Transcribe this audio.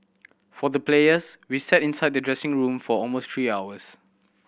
for the players we sat inside the dressing room for almost three hours